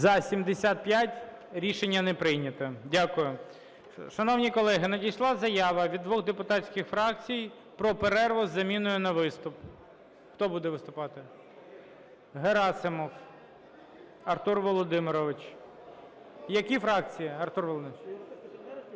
За-75 Рішення не прийнято. Дякую. Шановні колеги, надійшла заява від двох депутатських фракцій про перерву з заміною на виступ. Хто буде виступати? Герасимов Артур Володимирович. Які фракції, Артур Володимирович?